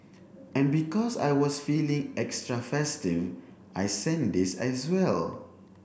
and because I was feeling extra festive I sent this as well